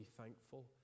thankful